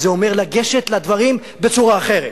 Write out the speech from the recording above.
זה אומר לגשת לדברים בצורה אחרת.